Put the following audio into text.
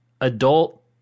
adult